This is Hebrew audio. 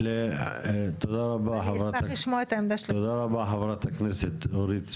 תודה רבה חברת הכנסת אורית סטרוק,